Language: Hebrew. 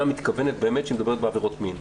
מתכוונת באמת כשהיא מדברת בעבירות מין.